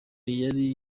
yari